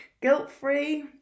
guilt-free